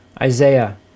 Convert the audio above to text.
Isaiah